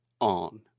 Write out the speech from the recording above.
on